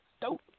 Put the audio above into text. Dope